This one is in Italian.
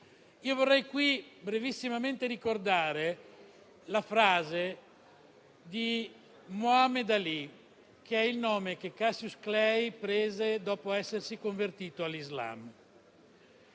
Vorrei qui brevissimamente ricordare la frase di Muhammad Ali, che è il nome che Cassius Clay prese dopo essersi convertito all'Islam: